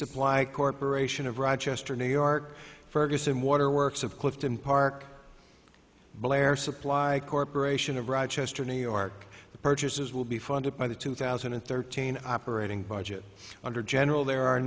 supply corporation of rochester new york ferguson waterworks of clifton park blair supply corporation of rochester new york the purchases will be funded by the two thousand and thirteen operating budget under general there are